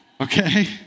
okay